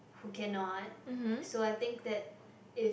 who cannot so I think that if